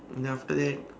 then after that